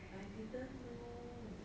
I didn't know